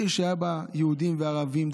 עיר שהיו בה יהודים וערבים,